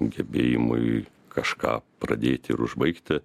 gebėjimui kažką pradėti ir užbaigti